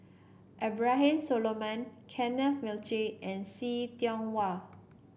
Abraham Solomon Kenneth Mitchell and See Tiong Wah